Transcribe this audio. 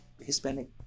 Hispanic